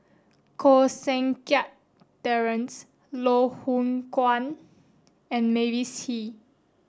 Koh Seng Kiat Terence Loh Hoong Kwan and Mavis Hee